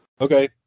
Okay